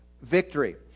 victory